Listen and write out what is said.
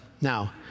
Now